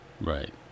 Right